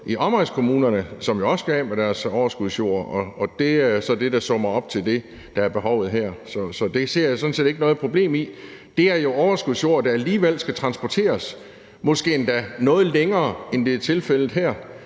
til omegnskommunerne, som jo også skal af med deres overskudsjord. Og det er så det, der summer op til det, der er behovet her. Så det ser jeg sådan set ikke noget problem i. Det er jo overskudsjord, der alligevel skal transporteres, måske endda noget længere, end det er tilfældet her,